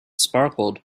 sparkled